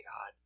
God